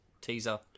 teaser